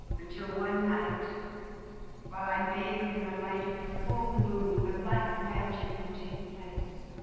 until one night while i'm bathing in the light of the full moon the black magic will take place